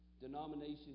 Denomination